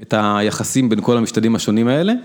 את היחסים בין כל המשתנים השונים האלה.